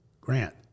Grant